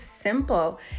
simple